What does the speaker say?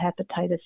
hepatitis